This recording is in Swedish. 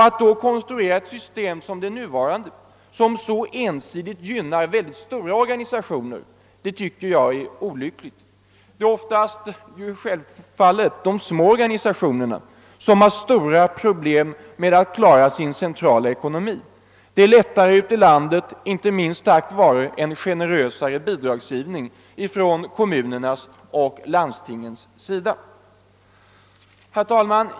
Att då konstruera ett system som det nuvarande, som så ensidigt gynnar mycket stora organisationer, tycker jag är olyckligt. De små organisationerna har oftast, helt naturligt, de största svårigheterna att klara sin centrala ekonomi. Ute i landet är det lättare, inte minst tack vare en mera generös bidragsgivning från kommuner och landsting. Herr talman!